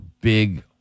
big